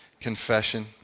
Confession